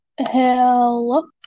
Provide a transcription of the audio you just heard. Hello